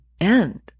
end